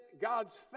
God's